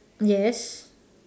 yes